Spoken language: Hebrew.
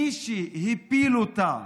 מי שהפיל אותה